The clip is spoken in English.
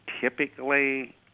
typically